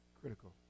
critical